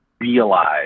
realize